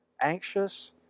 anxious